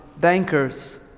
bankers